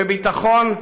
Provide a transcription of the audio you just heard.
בביטחון,